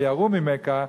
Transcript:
ויראו ממך.